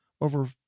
over